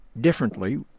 differently